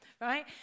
right